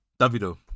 Davido